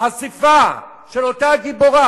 החשיפה של אותה הגיבורה,